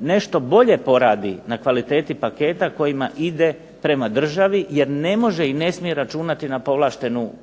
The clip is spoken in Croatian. nešto bolje poradi na kvaliteti paketa kojima ide prema državi jer ne može i ne smije računati na povlaštenu